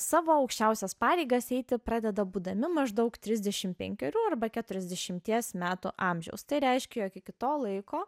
savo aukščiausias pareigas eiti pradeda būdami maždaug trisdešim penkerių arba keturiasdešimties metų amžiaus tai reiškia jog iki to laiko